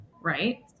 Right